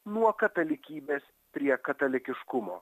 nuo katalikybės prie katalikiškumo